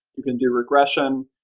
you can do regression,